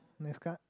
next card